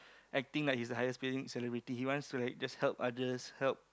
acting like he's the highest paying celebrity he wants to like just help others help